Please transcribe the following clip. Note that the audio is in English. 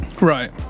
Right